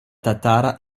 tatara